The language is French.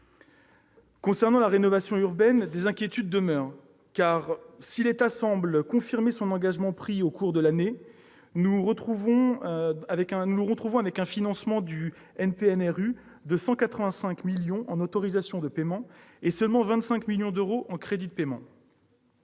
Concernant la rénovation urbaine, des inquiétudes demeurent. Si l'État semble confirmer son engagement pris au courant de l'année, nous nous retrouvons avec un financement du NPNRU de 185 millions d'euros en autorisations d'engagement et de seulement 25 millions d'euros en crédits de paiement.